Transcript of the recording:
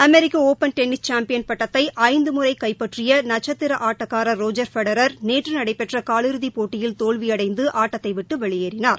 அமெரிக்க open tennis champion பட்டத்தை ஐந்து முறை கைப்பற்றிய நட்கத்திர ஆட்டக்காரர் ரோஜர் ஃபெடரர் நேற்று நடைபெற்ற காலிறுதிப் போட்டியில் தோல்வியடைந்து ஆட்டத்தை விட்டு வெளியேறினார்